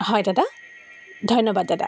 হয় দাদা ধন্যবাদ দাদা